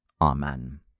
Amen